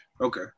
Okay